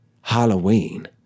Halloween